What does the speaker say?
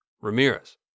Ramirez